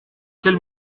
quels